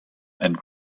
and